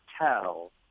tell